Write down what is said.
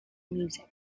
music